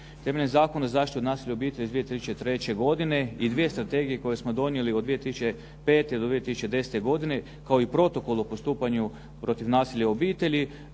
Temeljem Zakona o zaštiti od nasilja u obitelji iz 2003. godine i dvije strategije koje smo donijeli od 2005. do 2010. godine kao i protokol o postupanju protiv nasilja u obitelji